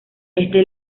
esto